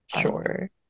sure